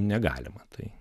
negalima tai